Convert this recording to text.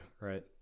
right